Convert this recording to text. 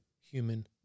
human